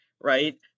right